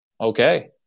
Okay